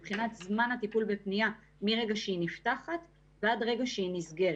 מבחינת זמן הטיפול בפנייה מרגע שהיא נפתחת ועד הרגע שהיא נסגרת.